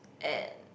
at